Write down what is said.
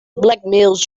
blackmails